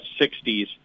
60s